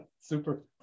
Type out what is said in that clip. Super